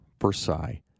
Versailles